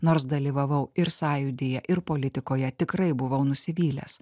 nors dalyvavau ir sąjūdyje ir politikoje tikrai buvau nusivylęs